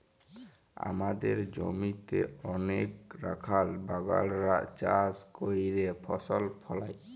আমাদের জমিতে অলেক রাখাল বাগালরা চাষ ক্যইরে ফসল ফলায়